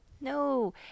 No